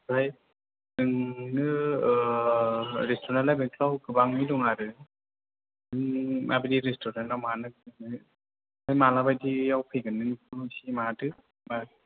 ओमफ्राय नोंनो रेस्टुरेनालाय बेंटलाव गोबाङैनो दं आरो नों माबायदि रेस्टुरेनाव मानो ओमफ्राय मालाबायदियाव फैगोन नों माबादो मा